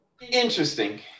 Interesting